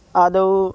आदौ